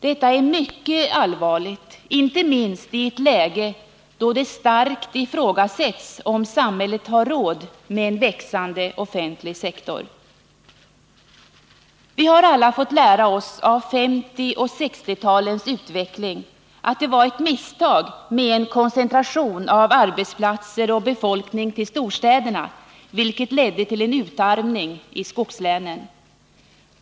Detta är mycket allvarligt, inte minst i ett läge då det starkt ifrågasätts om samhället har råd med en växande offentlig sektor. Vi har alla fått lära oss av 1950 och 1960-talens utveckling, att det varit ett misstag att koncentrera arbetsplatser och befolkning till storstäderna, något som ledde till en utarmning i skogslänen.